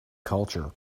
culture